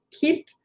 keep